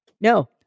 No